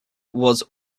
was